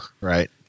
right